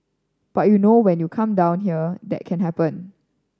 but you know when you come down here that can happen